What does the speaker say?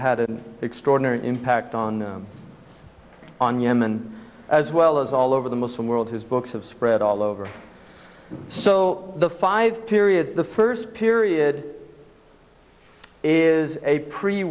ad an extraordinary impact on them on yemen as well as all over the muslim world his books have spread all over so the five periods the first period is a pre